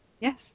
Yes